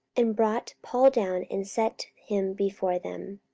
and brought paul down, and set him before them.